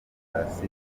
demokrasi